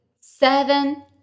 seven